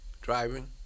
driving